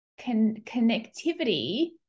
connectivity